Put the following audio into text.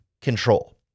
control